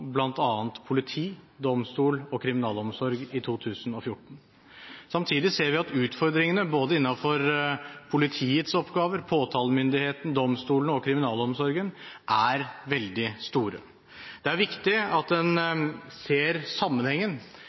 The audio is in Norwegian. bl.a. politi, domstol og kriminalomsorg i 2014. Samtidig ser vi at utfordringene, innenfor både politiets oppgaver, påtalemyndigheten, domstolene og kriminalomsorgen, er veldig store. Det er viktig at en ser sammenhengen.